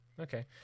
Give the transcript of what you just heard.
Okay